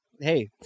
Hey